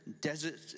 Desert